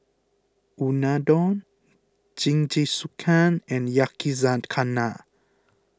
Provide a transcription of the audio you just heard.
Unadon Jingisukan and Yakizakana